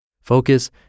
Focus